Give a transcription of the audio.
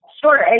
Sure